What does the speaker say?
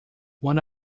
one